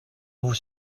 vous